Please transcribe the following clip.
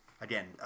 again